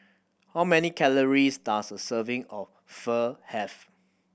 how many calories does a serving of Pho have